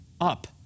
up